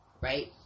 Right